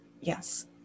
yes